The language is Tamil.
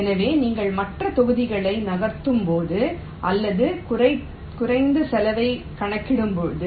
எனவே நீங்கள் மற்ற தொகுதிகளை நகர்த்தும்போது அல்லது குறைத்து செலவைக் கணக்கிடும்போது